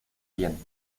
bien